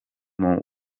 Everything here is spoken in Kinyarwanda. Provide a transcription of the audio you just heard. cyatumye